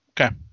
okay